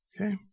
Okay